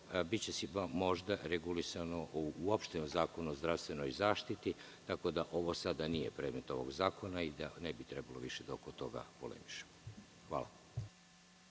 će biti regulisano u opštem Zakonu o zdravstvenoj zaštiti, tako da ovo sada nije predmet ovog zakona i da ne bi trebalo više oko toga polemisati.